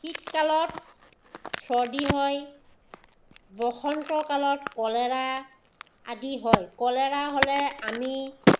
শীতকালত চৰ্দি হয় বসন্ত কালত কলেৰা আদি হয় কলেৰা হ'লে আমি